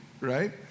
right